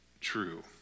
true